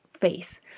face